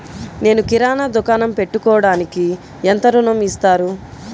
నేను కిరాణా దుకాణం పెట్టుకోడానికి ఎంత ఋణం ఇస్తారు?